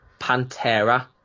Pantera